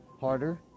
harder